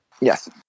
Yes